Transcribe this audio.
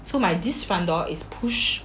so my this front door is push